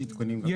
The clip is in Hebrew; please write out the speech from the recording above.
יש.